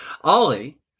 Ollie